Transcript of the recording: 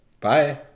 Bye